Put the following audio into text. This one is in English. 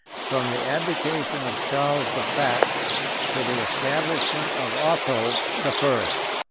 from the abdication of charles the fat to the establishment of otho the first.